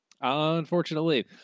Unfortunately